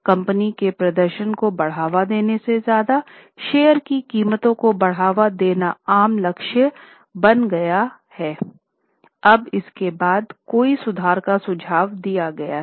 company के प्रदर्शन को बढ़ावा देने से ज़्यादा शेयर की कीमतों को बढ़ावा देना आम लक्ष्य बन गया है